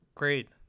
great